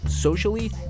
socially